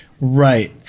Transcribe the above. Right